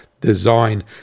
Design